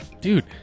dude